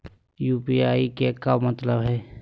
UPI के का मतलब हई?